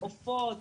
עופות,